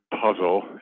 puzzle